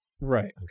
Right